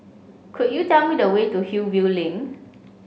could you tell me the way to Hillview Link